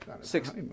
six